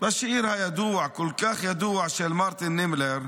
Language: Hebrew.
בשיר הידוע כל כך של מרטין נימלר,